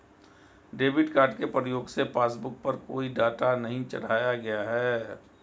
debit card के प्रयोग से पासबुक पर कोई डाटा नहीं चढ़ाया गया है